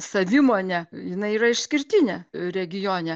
savimonę jinai yra išskirtinė regione